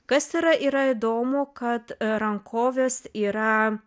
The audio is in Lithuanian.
kas yra yra įdomu kad rankovės yra